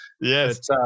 Yes